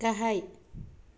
गाहाय